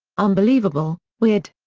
unbelievable, weird.